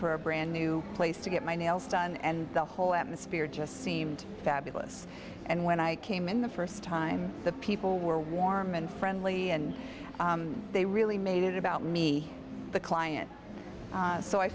for a brand new place to get my nails done and the whole atmosphere just seemed fabulous and when i came in the first time the people were warm and friendly and they really made about me the client so i